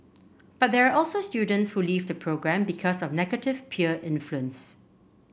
but there are also students who leave the programme because of negative peer influence